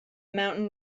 mountain